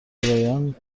برایان